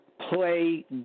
play